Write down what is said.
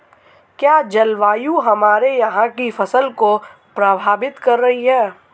क्या जलवायु हमारे यहाँ की फसल को प्रभावित कर रही है?